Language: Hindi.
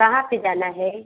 कहाँ पर जाना है